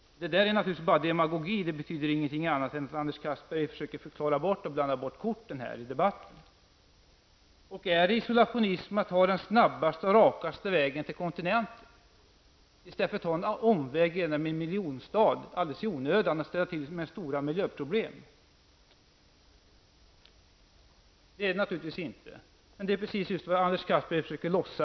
Det är naturligtvis bara demagogi, som inte betyder någonting annat än att Anders Castberger försöker bortförklara och blanda ihop korten i debatten. Är det isolationism att förespråka den snabbaste, rakaste vägen till kontinenten i stället för att alldeles i onödan ta en omväg genom en miljonstad och därmed förorsaka stora miljöproblem? Det är naturligtvis inte isolationistiskt, men det är precis vad Anders Castberger vill låta påskina.